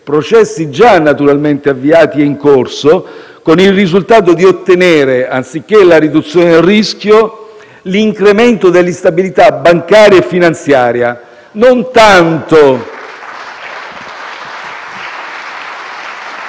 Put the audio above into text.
processi già naturalmente avviati e in corso, con il risultato di ottenere, anziché la riduzione del rischio, l'incremento dell'instabilità bancaria e finanziaria non tanto